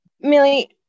Millie